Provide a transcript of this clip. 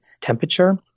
temperature